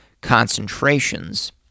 concentrations